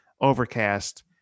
overcast